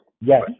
Yes